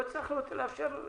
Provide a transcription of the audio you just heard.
לא הצלחנו לאשר.